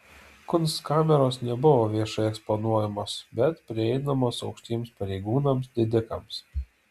kunstkameros nebuvo viešai eksponuojamos bet prieinamos aukštiems pareigūnams didikams